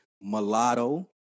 Mulatto